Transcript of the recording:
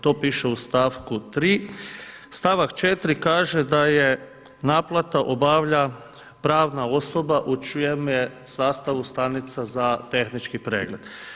To piše u stavku 3. Stavak 4 kaže da naplatu obavlja pravna osoba u čijem je sastavu stanica za tehnički pregled.